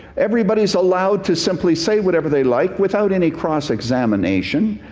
everybody is allowed to simply say whatever they like without any cross-examination.